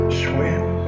swim